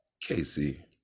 casey